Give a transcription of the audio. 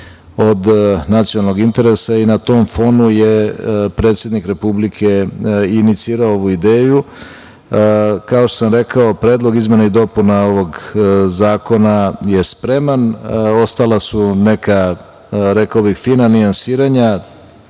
od nacionalnog interesa i na tom fonu je predsednik Republike inicirao ovu ideju. Kao što sam rekao, predlog izmena i dopuna ovog zakona je spreman. Ostala su neka fina nijansiranja,